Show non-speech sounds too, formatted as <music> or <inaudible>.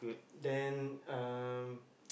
then um <noise>